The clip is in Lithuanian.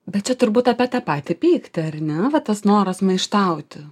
bet čia turbūt apie tą patį pyktį ar ne tas noras maištauti